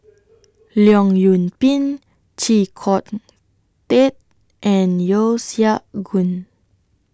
Leong Yoon Pin Chee Kong Tet and Yeo Siak Goon